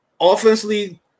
Offensively